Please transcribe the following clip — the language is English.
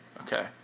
okay